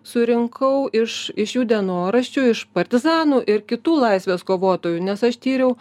surinkau iš iš jų dienoraščių iš partizanų ir kitų laisvės kovotojų nes aš tyriau